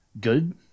good